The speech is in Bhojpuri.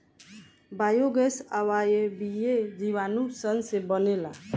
बायोगैस अवायवीय जीवाणु सन से बनेला